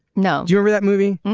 no. you wrote that movie.